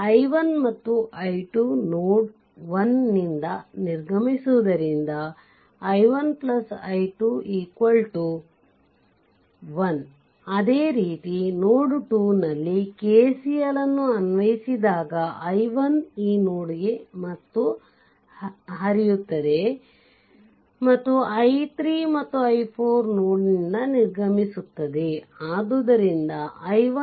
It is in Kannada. i1 ಮತ್ತು i2 ನೋಡ್ 1ನಿಂದ ನಿರ್ಗಮಿಸುವುದರಿಂದ i1 i2 1 ಅದೇ ರೀತಿ ನೋಡ್ 2 ನಲ್ಲಿ KCL ಅನ್ವಯಿಸಿದಾಗ i1 ಈ ನೋಡ್ ಗೆ ಮತ್ತು ಹರಿಯುತ್ತದೆ ಮತ್ತು i3 ಮತ್ತು i4 ನೋಡ್ ನಿಂದ ನಿರ್ಗಮಿಸುತ್ತದೆ